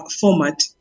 format